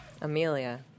Amelia